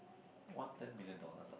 won ten million dollars ah